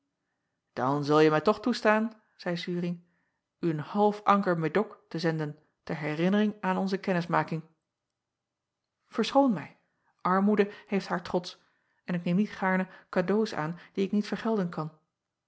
an zulje mij toch toestaan zeî uring u een half anker médoc te zenden ter herinnering aan onze kennismaking erschoon mij armoede heeft haar trots en ik neem niet gaarne cadeaux aan die ik niet vergelden kan